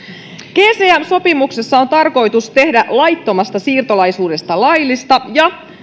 gcm sopimuksessa on tarkoitus tehdä laittomasta siirtolaisuudesta laillista ja